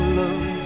love